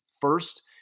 first